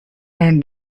ran